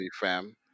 fam